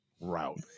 route